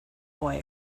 boy